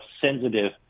sensitive